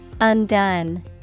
Undone